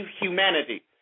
humanity